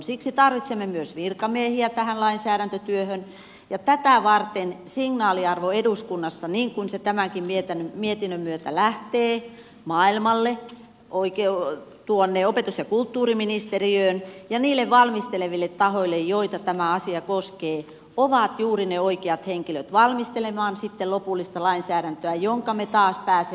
siksi tarvitsemme myös virkamiehiä tähän lainsäädäntötyöhön ja tätä varten signaaliarvon eduskunnassa niin kuin se tämänkin mietinnön myötä lähtee maailmalle tuonne opetus ja kulttuuriministeriöön ja niille valmisteleville tahoille joita tämä asia koskee ja jotka ovat juuri ne oikeat henkilöt valmistelemaan sitten lopullista lainsäädäntöä jonka me taas pääsemme hyväksymään